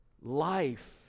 life